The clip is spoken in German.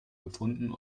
gefunden